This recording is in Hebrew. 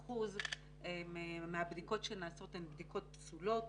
3% מהבדיקות שנעשות הן בדיקות פסולות